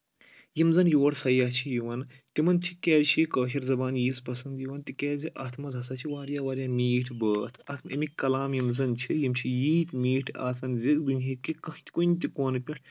یِم زَن یور سیاح چھِ یِوان تِمن چھِ کیٛازِ چھِ یہِ کٲشِر زبان ییٖژ پسنٛد یِوان تِکیازِ اَتھ منٛز ہسا چھِ واریاہ واریاہ میٖٹھ بٲتھ اَمِکۍ کلام یِم زَن چھِ یِم چھِ ییٖتۍ میٖٹھۍ آسان زِ دُنہکہِ کانٛہہ تہِ کُنہِ تہِ کونہٕ پؠٹھ